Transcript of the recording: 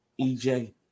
EJ